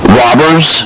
robbers